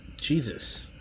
Jesus